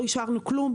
לא אישרנו עדיין דבר.